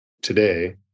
today